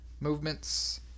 Movements